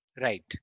Right